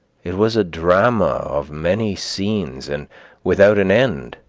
it was a drama of many scenes and without an end.